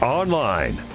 online